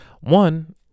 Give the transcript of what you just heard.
one